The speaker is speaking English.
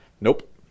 nope